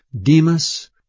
Demas